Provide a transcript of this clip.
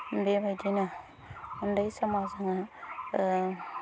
बेबायदिनो उन्दै समाव जोङो